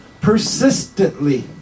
Persistently